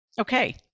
Okay